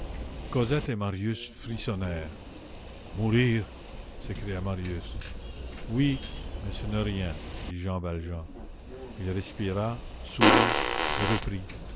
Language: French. et marius frissonnèrent mourir s'écria marius oui mais ce n'est rien dit jean valjean il respira sourit et reprit